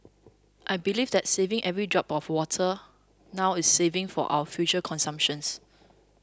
I believe that saving every drop of water now is saving for our future consumptions